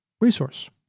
resource